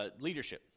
leadership